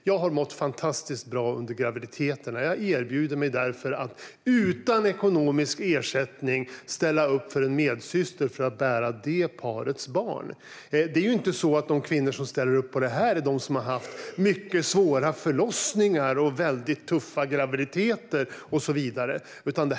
Man har mått fantastiskt bra under graviditeterna och erbjuder sig därför att utan ekonomisk ersättning ställa upp för en medsyster för att bära det parets barn. De kvinnor som ställer upp på det här har inte haft mycket svåra förlossningar eller väldigt tuffa graviditeter och så vidare.